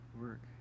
work